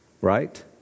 Right